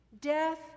Death